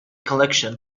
collection